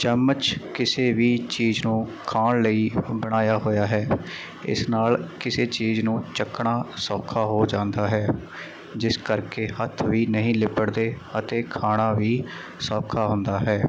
ਚਮਚ ਕਿਸੇ ਵੀ ਚੀਜ਼ ਨੂੰ ਖਾਣ ਲਈ ਬਣਾਇਆ ਹੋਇਆ ਹੈ ਇਸ ਨਾਲ ਕਿਸੇ ਚੀਜ਼ ਨੂੰ ਚੱਕਣਾ ਸੌਖਾ ਹੋ ਜਾਂਦਾ ਹੈ ਜਿਸ ਕਰਕੇ ਹੱਥ ਵੀ ਨਹੀਂ ਲਿੱਬੜਦੇ ਅਤੇ ਖਾਣਾ ਵੀ ਸੌਖਾ ਹੁੰਦਾ ਹੈ